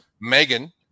Megan